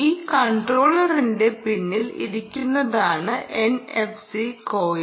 ഈ കൺട്രോളറിന്റെ പിന്നിൽ ഇരിക്കുന്നതാണ് എൻഎഫ്സി കോയിൽ